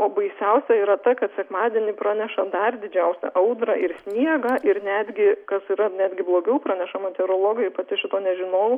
o baisiausia yra ta kad sekmadienį praneša dar didžiausią audrą ir sniegą ir netgi kas yra netgi blogiau praneša meteorologai pati šito nežinojau